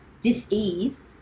dis-ease